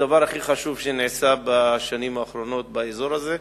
זה הדבר הכי חשוב שנעשה בשנים האחרונות באזור הזה,